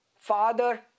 Father